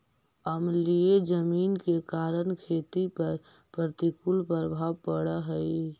अम्लीय जमीन के कारण खेती पर प्रतिकूल प्रभाव पड़ऽ हइ